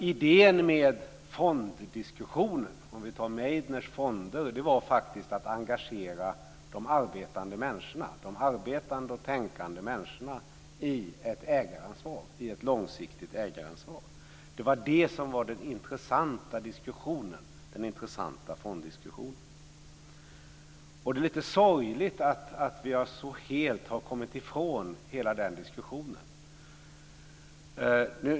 Idén med fonddiskussionen - om vi tar Meidners fonder - var faktiskt att engagera de arbetande människorna, de arbetande och tänkande människorna, i ett långsiktigt ägaransvar. Det var det som den intressanta fonddiskussionen gällde. Det är lite sorgligt att vi så helt har kommit ifrån hela den diskussionen.